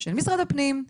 של משרד הפנים,